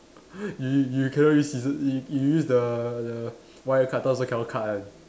you you cannot you use scissors you you use the the wire cutter also cannot cut one